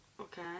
Okay